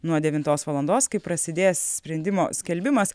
nuo devintos valandos kai prasidės sprendimo skelbimas